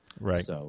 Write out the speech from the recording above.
Right